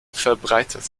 verbreitet